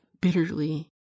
bitterly